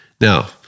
Now